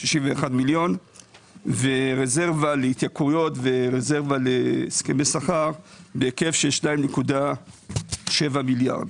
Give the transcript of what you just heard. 61 מיליון ורזרבה להתייקרויות ורזרבה להסכמי שכר בהיקף של 2.7 מיליארד.